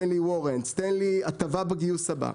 תן לי הטבה בגיוס הבא,